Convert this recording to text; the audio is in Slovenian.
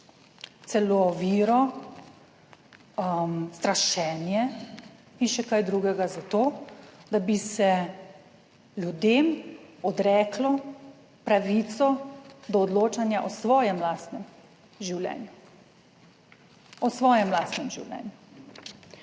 celo vero, strašenje in še kaj drugega zato, da bi se ljudem odreklo pravico do odločanja o svojem lastnem življenju, o svojem lastnem življenju.